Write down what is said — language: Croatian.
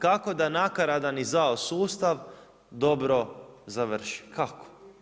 Kako da nakaradan i zao sustav dobro završi, kako?